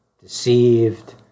deceived